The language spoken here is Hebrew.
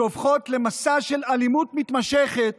שנהפכות למסע של אלימות מתמשכת